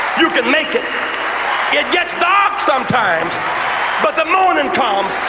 you can make it. it gets dark sometimes but the morning